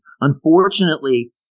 unfortunately